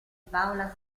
paola